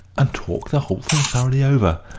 and talk the whole thing thoroughly over.